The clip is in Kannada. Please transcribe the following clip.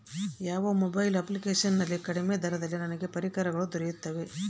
ಯಾವ ಮೊಬೈಲ್ ಅಪ್ಲಿಕೇಶನ್ ನಲ್ಲಿ ಕಡಿಮೆ ದರದಲ್ಲಿ ನನಗೆ ಪರಿಕರಗಳು ದೊರೆಯುತ್ತವೆ?